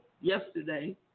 yesterday